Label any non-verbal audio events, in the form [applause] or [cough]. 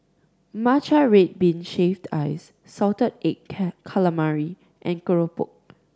matcha red bean shaved ice salted egg [unintelligible] calamari and Keropok